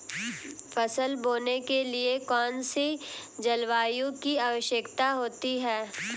फसल बोने के लिए कौन सी जलवायु की आवश्यकता होती है?